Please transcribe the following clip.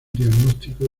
diagnóstico